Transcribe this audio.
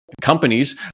companies